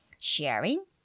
Sharing